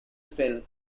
spell